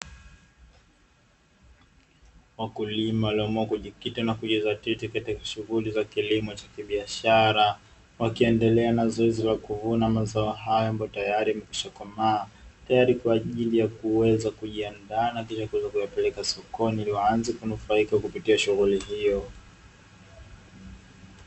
Wakulima walioamua kujikita na kujidhatiti katika shughuli za kilimo cha kibiashara, wakiendelea na zoezi la kuvuna mazao hayo ambayo tayari yamekwishakomaa, tayari kwa ajili ya kuweza kujiandaa na kisha kuweza kuyapeleka sokoni ili waanze kunufaika kupitia shughuli hiyo.